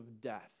death